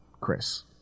Chris